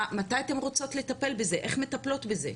מתי אתן רוצות לטפל בזה, איך מטפלות בזה?